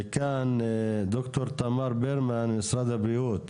לכאן, ד"ר תמר ברמן, משרד הבריאות.